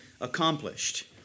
accomplished